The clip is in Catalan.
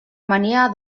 mania